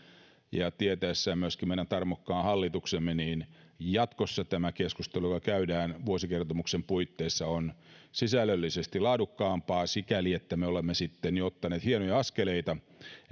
ja tietäessään myöskin meidän tarmokkaan hallituksemme on jatkossa tämä keskustelu joka käydään vuosikertomuksen puitteissa sisällöllisesti laadukkaampaa sikäli että me olemme sitten jo ottaneet hienoja askeleita